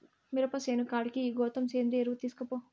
మిరప సేను కాడికి ఈ గోతం సేంద్రియ ఎరువు తీస్కపో